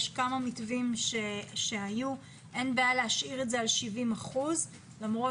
יש כמה מתווים שהיו ואין בעיה להשאיר את זה על 70 אחוזים למרות